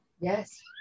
yes